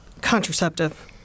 contraceptive